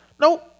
Nope